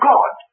God